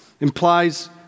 implies